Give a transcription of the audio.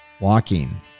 Walking